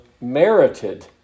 merited